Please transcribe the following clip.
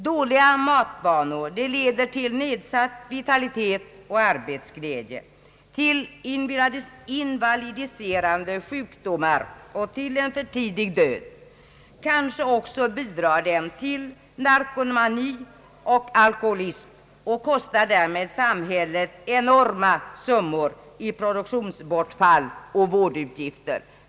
Dåliga matvanor leder till nedsatt vitalitet och arbetsglädje, till invalidiserande sjukdomar och till en för tidig död. Kanske bidrar den också till narkomani och alkoholism och kostar därmed samhället enorma summor i produktionsbortfall och vårdavgifter.